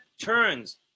turns